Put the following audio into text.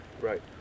Right